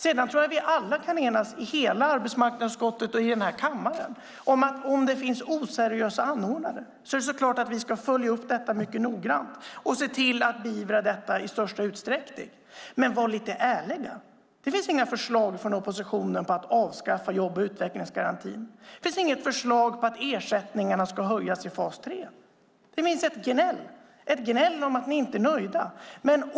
Jag tror att vi alla i hela arbetsmarknadsutskottet och i den här kammaren kan enas att om det finns oseriösa anordnare ska vi så klart följa upp detta mycket noggrant och se till att beivra det i största utsträckning. Men var lite ärliga! Det finns inga förslag från oppositionen på att avskaffa jobb och utvecklingsgarantin. Det finns inga förslag från oppositionen på att avskaffa jobb och utvecklingsgarantin. Det finns inget förslag på att ersättningarna ska höjas i fas 3. Det finns ett gnäll om att ni inte är nöjda.